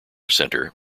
center